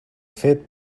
fet